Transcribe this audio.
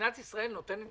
לפרוטוקול נאמר